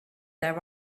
there